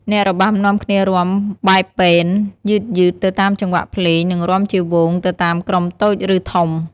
អ្នករបាំនាំគ្នារាំបែបពេន យឺតៗទៅតាមចង្វាក់ភ្លេង និងរាំជាហ្វូងទៅតាមក្រុមតូច ឬធំ ។